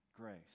grace